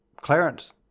clarence